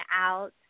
out